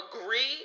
agree